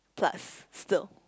plus still